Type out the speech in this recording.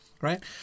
right